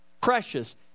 precious